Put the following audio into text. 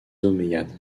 omeyyades